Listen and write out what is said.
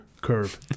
curve